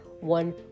one